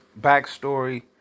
backstory